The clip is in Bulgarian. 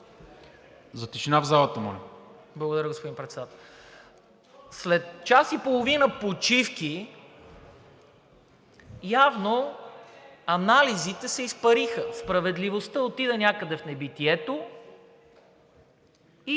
за тишина в залата! АЛЕКСАНДЪР ИВАНОВ: Благодаря, господин Председател. След час и половина почивки явно анализите се изпариха. Справедливостта отиде някъде в небитието и